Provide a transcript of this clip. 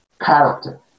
Character